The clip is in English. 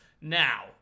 Now